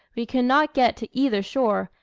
we could not get to either shore,